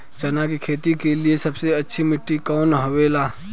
चना की खेती के लिए सबसे अच्छी मिट्टी कौन होखे ला?